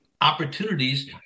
opportunities